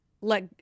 let